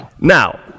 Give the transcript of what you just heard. Now